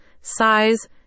size